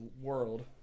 world